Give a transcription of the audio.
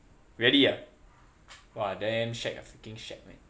really ah !wah! damn shag [h] freaking shag man